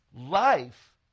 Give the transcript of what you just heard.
Life